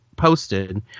Posted